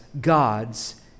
God's